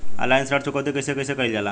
Online ऋण चुकौती कइसे कइसे कइल जाला?